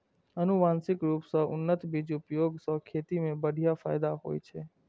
आनुवंशिक रूप सं उन्नत बीजक उपयोग सं खेती मे बढ़िया फायदा होइ छै